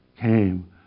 came